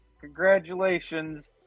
congratulations